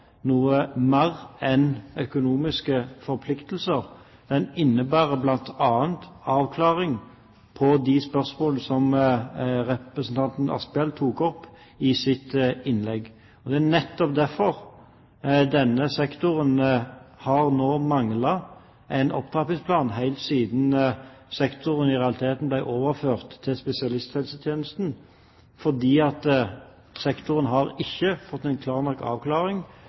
noe mer enn økonomiske forpliktelser. Det innebærer bl.a. avklaring på de spørsmål som representanten Asphjell tok opp i sitt innlegg. Det er nettopp derfor denne sektoren har manglet en opptrappingsplan helt siden sektoren i realiteten ble overført til spesialisthelsetjenesten. Sektoren har ikke fått en god nok avklaring,